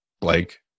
Blake